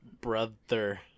brother